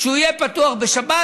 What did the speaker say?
שהוא יהיה פתוח בשבת,